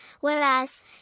whereas